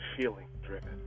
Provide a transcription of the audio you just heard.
feeling-driven